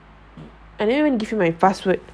I never even give you my password